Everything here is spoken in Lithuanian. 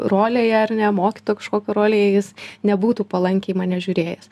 rolėje ar ne mokytojo kažkokio rolėje jis nebūtų palankiai į mane žiūrėjęs